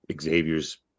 Xavier's